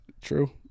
True